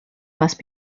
must